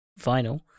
vinyl